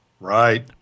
Right